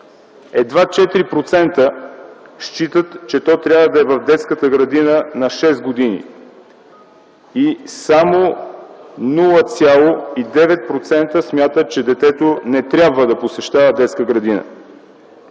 Едва 4% считат, че то трябва да е в детската градина на 6 години. Само 0,9% смятат, че детето не трябва да посещава детска градина.